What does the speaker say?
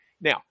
Now